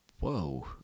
Whoa